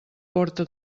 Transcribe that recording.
porta